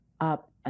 up